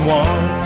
one